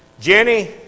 Jenny